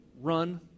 run